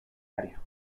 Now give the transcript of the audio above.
área